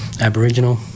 Aboriginal